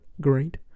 great